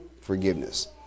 forgiveness